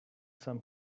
some